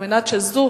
על מנת שזו